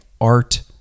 art